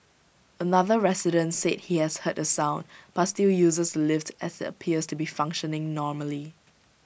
another resident said he has heard the sound but still uses the lift as IT appears to be functioning normally